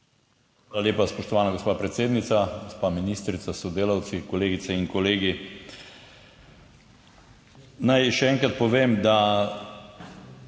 Hvala lepa, spoštovana gospa predsednica. Gospa ministrica s sodelavci, kolegice in kolegi. Naj še enkrat povem, da